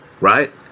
Right